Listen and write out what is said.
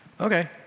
okay